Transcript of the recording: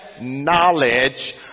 knowledge